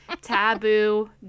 taboo